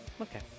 okay